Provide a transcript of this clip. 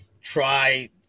try